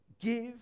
Give